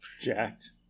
Jacked